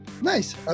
nice